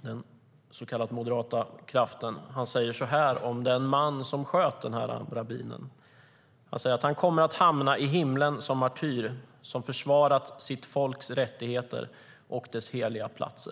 den så kallade moderata kraften, så här om den man som sköt rabbinen: Han kommer att hamna i himlen som en martyr som försvarat sitt folks rättigheter och dess heliga platser.